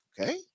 okay